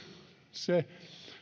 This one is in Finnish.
se